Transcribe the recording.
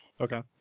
Okay